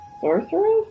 sorceress